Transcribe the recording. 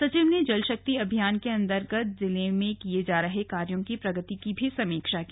सचिव ने जल शक्ति अभियान के अन्तर्गत जिले में किए जा रहें कार्यो की प्रगति की भी समीक्षा की